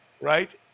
right